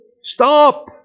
stop